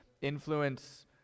influence